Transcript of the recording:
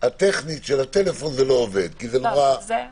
שמבחינה טכנית של הטלפון זה לא עובד כי זה נורא מסובך.